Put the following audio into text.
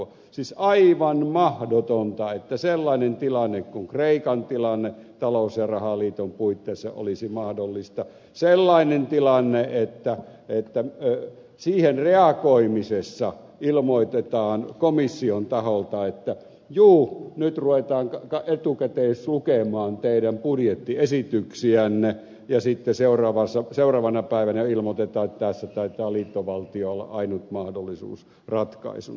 siis aivan mahdotonta että sellainen tilanne kuin kreikan tilanne talous ja rahaliiton puitteissa olisi mahdollista sellainen tilanne että siihen reagoimisessa ilmoitetaan komission taholta että juu nyt ruvetaan etukäteislukemaan teidän budjettiesityksiänne ja sitten seuraavana päivänä ilmoitetaan että tässä taitaa liittovaltio olla ainut mahdollisuus ratkaisuna